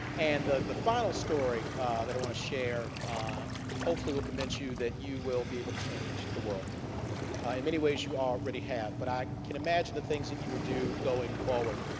and the the final story that i want to share hopefully will convince you that you will be able to change the world in many ways you already have but i can imagine the things that you will do going forward.